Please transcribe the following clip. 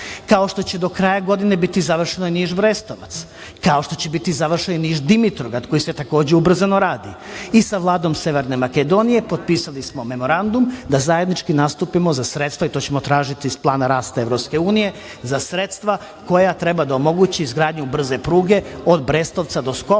Kao što će do kraja godine biti završen Niš – Brestovac, kao što će biti završen i Niš – Dimitrovgrad, koji se takođe ubrzano radi. Sa Vladom Severne Makedonije potpisali smo memorandum da zajednički nastupimo za sredstva, i to ćemo tražiti iz plana rasta EU, za sredstva koja treba da omoguće izgradnju brze pruge od Brestovca do Skoplja